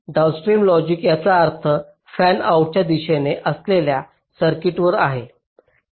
downstream logic याचा अर्थ फॅनआउटच्या दिशेने असलेल्या सर्किट्सवर आहे